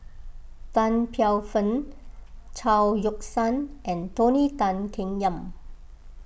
Tan Paey Fern Chao Yoke San and Tony Tan Keng Yam